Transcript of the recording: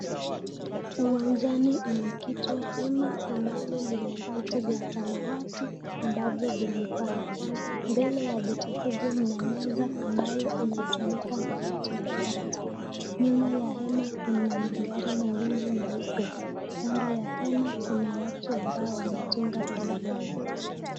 Uwanjani umekitwa hema ambalo lina viti vya samawati ambavyo vimepangwa mbele ya viti hivi mnameza ambayo imetumika na watu watatu. Nyuma ya gari kuna magari mawili meupe kando ya hema kuna watu ambao wametunga foleni.